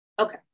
Okay